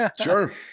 Sure